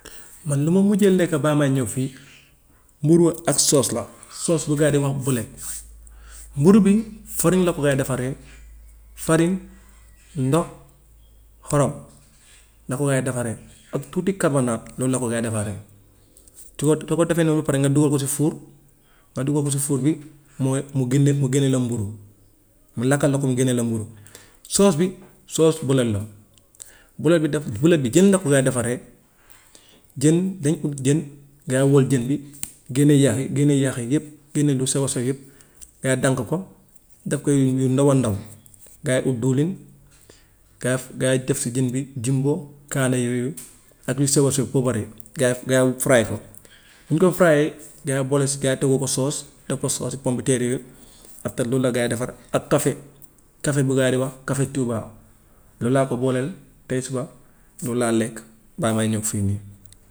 Man lu ma mujjee lekk baa may ñëw fii mburu ak soos la soos bu gaa yi di wax buleet. Mburu bi farine la ko gaa yi defaree, farine, ndox, xorom la ko gaa yi defaree ak tuuti carbonate loolu la ko gaa yi defaree. soo ko defee noonu ba pare nga dugal ko ci fuur nga dugal ko ci fuur bi mooy mu génne mu génneel la mburu ñu lakkal la ko mu génneel la mburu. Soos bi soos buleet la buleet bi dafa buleet bi jën la ko gaa yi defaree. Jën dañ ut jën gaa yi wal jën bi génne yax yi génne yax yi yëpp génne lu sew a sew yëpp gaa yi dank ko def ko yu ndaw a ndaw gaa yi ut dëwlin gaa yi gaa yi def si jën bi jumbo kaane yooyu ak yu sew a sew poobar yi gaa yi gaa yi wut frie ko, bu ñu ko frie yee gaa yi boole si gaa yi toggal ko soos def ko soosu pombiteer yooyu after loolu la gaa yi defar ak café café bu gaa yi di wax café touba loolu laa ko booleel tey suba loolu laa lekk balaa may ñëw fii nii.